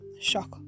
Shock